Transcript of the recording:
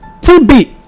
TB